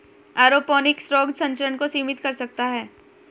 aeroponics रोग संचरण को सीमित कर सकता है